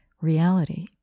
reality